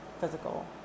physical